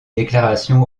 déclarations